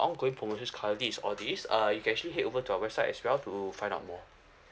ongoing promotions currently is all these uh you can actually head over to our website as well to find out more